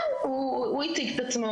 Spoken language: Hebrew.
כן, הוא הציג את עצמו.